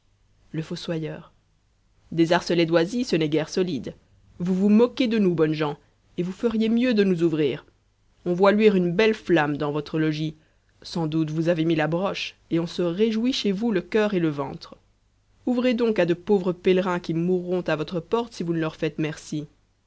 le fossoyeur des arcelets d'oisil ce n'est guère solide vous vous moquez de nous bonnes gens et vous feriez mieux de nous ouvrir on voit luire une belle flamme dans votre logis sans doute vous avez mis la broche et on se réjouit chez vous le cur et le ventre ouvrez donc à de pauvres pèlerins qui mourront à votre porte si vous ne leur faites merci